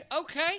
okay